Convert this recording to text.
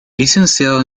licenciado